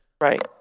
right